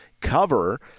cover